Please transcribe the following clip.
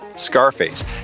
Scarface